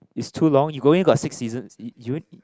it's too long you going got six seasons you only